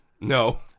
No